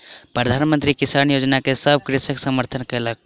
प्रधान मंत्री किसान योजना के सभ कृषक समर्थन कयलक